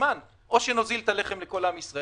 זמן או נוזיל את הלחם לכל עם ישראל